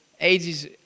AIDS